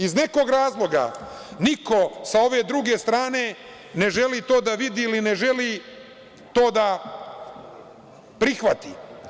Iz nekog razloga niko sa ove druge strane ne želi to da vidi ili ne želi to da prihvati.